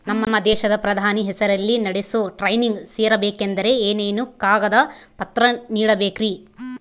ನಮ್ಮ ದೇಶದ ಪ್ರಧಾನಿ ಹೆಸರಲ್ಲಿ ನಡೆಸೋ ಟ್ರೈನಿಂಗ್ ಸೇರಬೇಕಂದರೆ ಏನೇನು ಕಾಗದ ಪತ್ರ ನೇಡಬೇಕ್ರಿ?